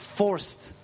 forced